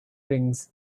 rings